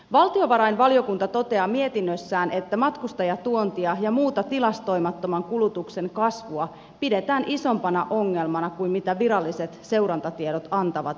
valtiovarainvaliokunta toteaa mietinnössään että matkustajatuontia ja muuta tilastoimattoman kulutuksen kasvua pidetään isompana ongelma kuin viralliset seurantatiedot antavat ymmärtää